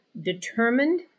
determined